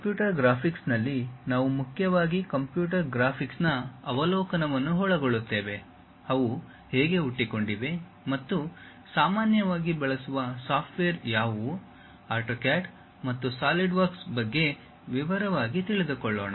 computer ಗ್ರಾಫಿಕ್ಸ್ನಲ್ಲಿ ನಾವು ಮುಖ್ಯವಾಗಿ ಕಂಪ್ಯೂಟರ್ ಗ್ರಾಫಿಕ್ಸ್ನ ಅವಲೋಕನವನ್ನು ಒಳಗೊಳ್ಳುತ್ತೇವೆ ಅವು ಹೇಗೆ ಹುಟ್ಟಿಕೊಂಡಿವೆ ಮತ್ತು ಸಾಮಾನ್ಯವಾಗಿ ಬಳಸುವ ಸಾಫ್ಟ್ವೇರ್ ಯಾವುವು ಆಟೋಕ್ಯಾಡ್ ಮತ್ತು ಸಾಲಿಡ್ವರ್ಕ್ಸ್ ಬಗ್ಗೆ ವಿವರವಾಗಿ ತಿಳಿದುಕೊಳ್ಳೋಣ